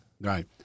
Right